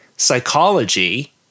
psychology